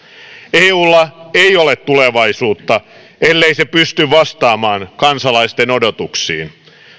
eulla ei ole tulevaisuutta ellei se pysty vastaamaan kansalaisten odotuksiin